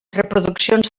reproduccions